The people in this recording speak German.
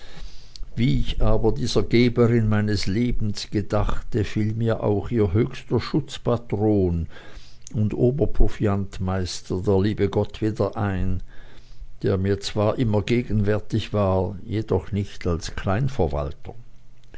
wie ich aber dieser geberin meines lebens gedachte fiel mir auch ihr höchster schutzpatron und oberproviantmeister der liebe gott wieder ein der mir zwar immer gegenwärtig war jedoch nicht als